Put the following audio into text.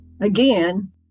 again